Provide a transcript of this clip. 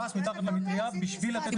נכנס מתחת למטריה כדי לתת לנכים.